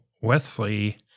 Wesley